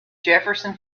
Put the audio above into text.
jefferson